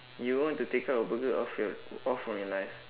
you will want to take out a burger off your off from your life